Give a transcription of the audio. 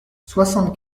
soixante